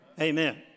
Amen